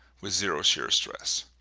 with zero shear stress.